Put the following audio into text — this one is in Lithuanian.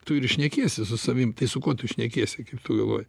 tu ir šnekiesi su savim tai su kuo tu šnekiesi kaip tu galvoji